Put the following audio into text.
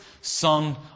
son